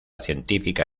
científica